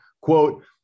quote